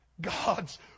God's